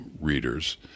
readers